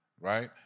right